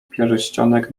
pierścionek